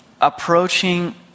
approaching